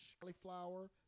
cauliflower